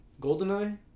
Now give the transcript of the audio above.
Goldeneye